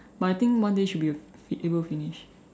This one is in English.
but I think one day should be able to finish